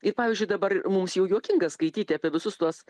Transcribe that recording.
ir pavyzdžiui dabar mums jau juokinga skaityti apie visus tuos